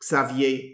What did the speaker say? Xavier